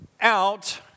out